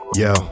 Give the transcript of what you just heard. yo